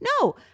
No